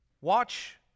watch